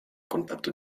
contatto